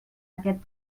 aquest